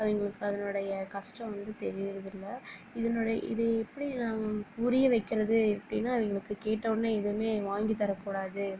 அவங்களுக்கு அதனுடைய கஷ்டம் வந்து தெரியறதில்ல இதனுடைய இது எப்படி நான் புரிய வைக்கிறது எப்படின்னா அவங்களுக்கு கேட்ட உடனே எதுவுமே வாங்கித்தரக் கூடாது